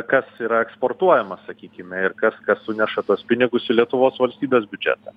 kas yra eksportuojama sakykime ir kas kas suneša tuos pinigus į lietuvos valstybės biudžetą